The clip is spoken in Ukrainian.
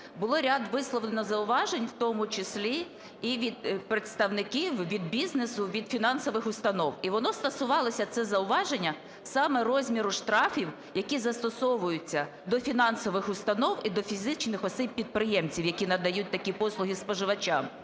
Було ряд висловлено зауважень, в тому числі і від представників від бізнесу, від фінансових установ. І воно стосувалося, це зауваження, саме розміру штрафів, які застосовуються до фінансових установ і до фізичних осіб-підприємців, які надають такі послуги споживачам.